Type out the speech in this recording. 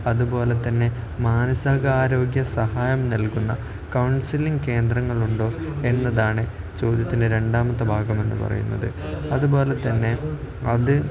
അതുപോലെത്തന്നെ മാനസിക ആരോഗ്യസഹായം നൽകുന്ന കൗൺസിലിംഗ് കേന്ദ്രങ്ങളുണ്ടോ എന്നതാണ് ചോദ്യത്തിൻ്റെ രണ്ടാമത്തെ ഭാഗം എന്ന് പറയുന്നത് അതുപോലെത്തന്നെ അത്